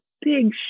big